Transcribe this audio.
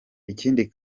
ikindi